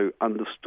understood